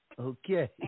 Okay